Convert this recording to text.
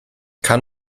kann